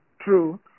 True